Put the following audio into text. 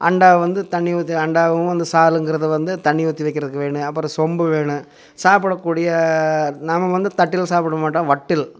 அண்டாவை வந்து தண்ணி ஊத்து அண்டாவும் இந்த சாலுங்குறது வந்து தண்ணி ஊற்றி வைக்கிறதுக்கு வேணும் அப்பறம் சொம்பு வேணும் சாப்பிடக்கூடிய நாம் வந்து தட்டில் சாப்பிடமாட்டோம் வட்டில்